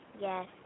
Yes